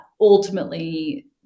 ultimately